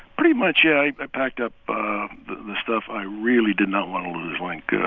pretty much, yeah. i packed up the stuff i really did not want to lose like